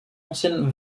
ancienne